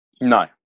No